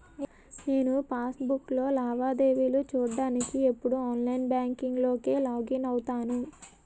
నేను పాస్ బుక్కులో లావాదేవీలు చూడ్డానికి ఎప్పుడూ ఆన్లైన్ బాంకింక్ లోకే లాగిన్ అవుతాను